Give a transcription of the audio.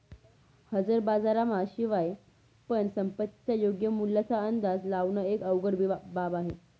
हजर बाजारा शिवाय पण संपत्तीच्या योग्य मूल्याचा अंदाज लावण एक अवघड बाब होईल